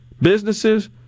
businesses